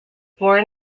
born